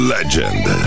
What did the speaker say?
Legend